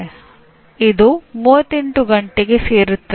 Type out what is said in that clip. ಇದು 38 ಗಂಟೆಗೆ ಸೇರುತ್ತದೆ